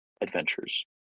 adventures